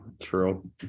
true